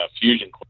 Fusion